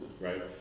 right